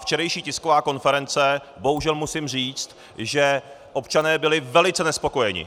Včerejší tisková konference bohužel musím říci, že občané byli velice nespokojeni.